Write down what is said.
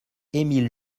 émile